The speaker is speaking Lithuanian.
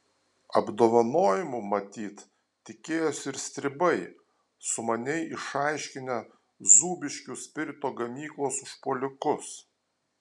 apdovanojimų matyt tikėjosi ir stribai sumaniai išaiškinę zūbiškių spirito gamyklos užpuolikus